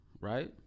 right